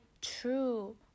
true